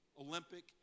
Olympic